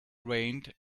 rained